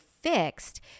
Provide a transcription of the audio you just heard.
fixed